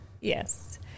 Yes